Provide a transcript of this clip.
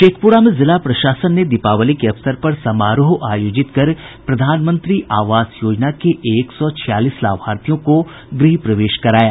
शेखप्रा में जिला प्रशासन ने दीपावली के अवसर पर समारोह आयोजित कर प्रधानमंत्री आवास योजना के एक सौ छियालीस लाभार्थियों को गृह प्रवेश कराया